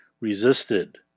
resisted